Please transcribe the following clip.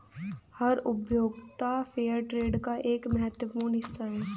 हर उपभोक्ता फेयरट्रेड का एक महत्वपूर्ण हिस्सा हैं